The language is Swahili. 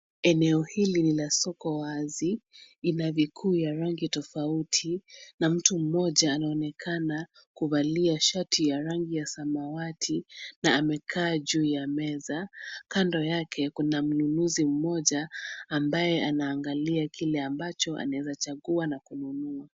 Eneo hili ni la soko wazi. Ina vikuu ya rangi tofauti na mtu mmoja anaonekana kuvalia shati ya rangi ya samawati na amekaa juu ya meza, kando yake kuna mnunuzi mmoja ambaye anaangalia kile ambacho anaweza chagua na kununua.